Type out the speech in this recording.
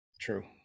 True